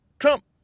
Trump